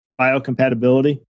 biocompatibility